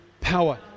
power